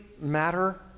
matter